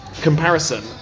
Comparison